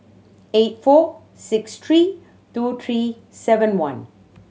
eight four six three two three seven one